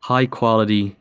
high-quality,